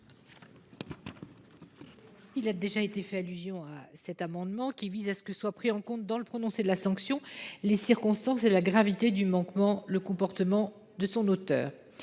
Il a déjà été question de cet amendement, qui a pour objet de prendre en compte, dans le prononcé de la sanction, les circonstances et la gravité du manquement, le comportement de son auteur,